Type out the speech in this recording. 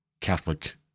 Catholic